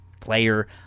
Player